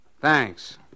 Thanks